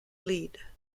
lead